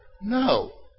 No